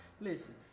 listen